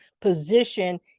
position